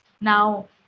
Now